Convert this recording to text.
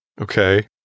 Okay